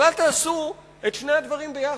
אבל אל תעשו את שני הדברים ביחד,